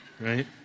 right